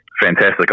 fantastic